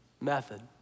method